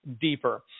deeper